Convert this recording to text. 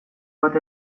bat